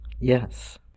Yes